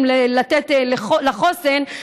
לתת תקציבים לחוסן,